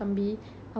mm